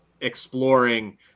exploring